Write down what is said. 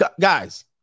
guys